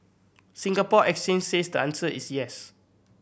Singapore Exchange says the answer is yes